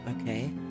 Okay